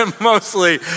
mostly